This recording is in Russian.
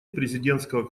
президентского